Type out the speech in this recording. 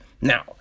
Now